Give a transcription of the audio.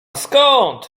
skąd